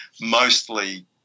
mostly